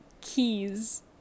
keys